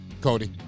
Cody